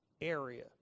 area